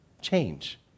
change